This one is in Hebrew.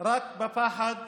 רק בפחד